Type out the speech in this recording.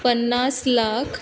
पन्नास लाख